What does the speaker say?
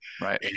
Right